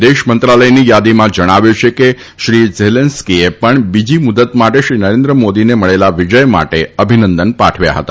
વિદેશ મંત્રાલયની યાદીમાં જણાવ્યું છે કે શ્રી ઝેલેંસકીએ પણ બીજી મુદત માટે શ્રી નરેન્દ્ર મોદીને મળેલા વિજય માટે અભિનંદન પાઠવ્યા હતા